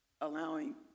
allowing